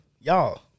y'all